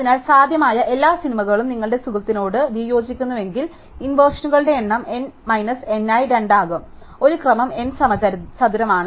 അതിനാൽ സാധ്യമായ എല്ലാ സിനിമകളും നിങ്ങളുടെ സുഹൃത്തിനോട് വിയോജിക്കുന്നുവെങ്കിൽ ഇൻവെർഷൻങ്ങളുടെ എണ്ണം n n മൈനസ് n ആയി 2 ആകും ഒരു ക്രമം n സമചതുരമാണ്